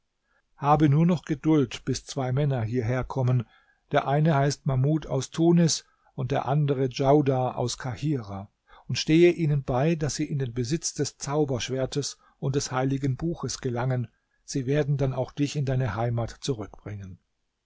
habe nur noch geduld bis zwei männer hierherkommen der eine heißt mahmud aus tunis und der andere djaudar aus kahirah und stehe ihnen bei daß sie in den besitz des zauberschwertes und des heiligen buches gelangen sie werden dann auch dich in deine heimat zurückbringen